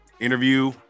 interview